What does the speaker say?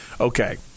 okay